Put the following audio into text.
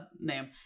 name